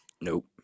Nope